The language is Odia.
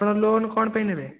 ଆପଣ ଲୋନ୍ କ'ଣ ପାଇଁ ନେବେ